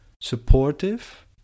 supportive